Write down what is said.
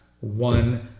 one